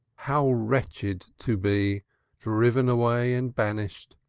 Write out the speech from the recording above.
how wretched to be driven away and banished,